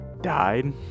died